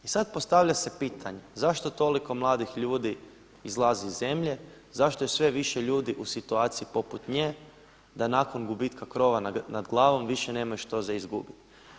I sada se postavlja pitanje, zašto toliko mladih ljudi izlazi iz zemlje, zašto je sve više ljudi u situaciji poput nje, da nakon gubitka krova nad glavom više nemaju što za izgubiti?